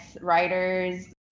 writers